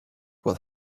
will